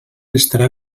estarà